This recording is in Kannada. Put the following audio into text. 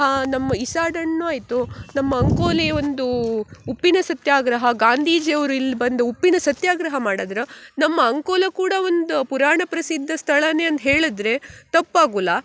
ಹಾ ನಮ್ಮ ಇಷಾಡ್ ಹಣ್ಣು ಆಯಿತು ನಮ್ಮ ಅಂಕೋಲ ಒಂದು ಉಪ್ಪಿನ ಸತ್ಯಾಗ್ರಹ ಗಾಂಧೀಜಿಯವರು ಇಲ್ಲಿ ಬಂದು ಉಪ್ಪಿನ ಸತ್ಯಾಗ್ರಹ ಮಾಡದ್ರು ನಮ್ಮ ಅಂಕೋಲ ಕೂಡ ಒಂದ ಪುರಾಣ ಪ್ರಸಿದ್ಧ ಸ್ಥಳವೇ ಅಂತ ಹೇಳಿದ್ರೆ ತಪ್ಪಾಗುಲ್ಲ